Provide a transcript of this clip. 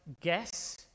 guess